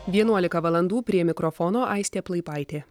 vienuolika valandų prie mikrofono aistė plaipaitė